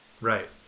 Right